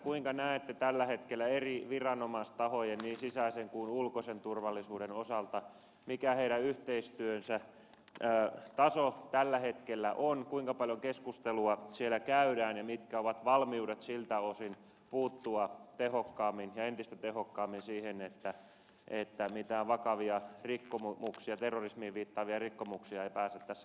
millaisena näette tällä hetkellä eri viranomaistahojen niin sisäisen kuin ulkoisen turvallisuuden osalta yhteistyön tason tällä hetkellä kuinka paljon keskustelua siellä käydään ja mitkä ovat valmiudet siltä osin puuttua entistä tehokkaammin siihen että mitään vakavia terrorismiin viittaavia rikkomuksia ei pääse tässä maassa tapahtumaan